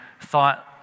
thought